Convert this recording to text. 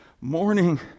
morning